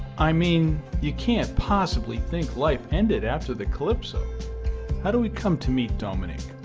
i mean you can't possibly think life ended after the calypso how do we come to meet dominique?